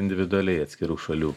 individualiai atskirų šalių